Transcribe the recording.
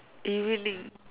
evening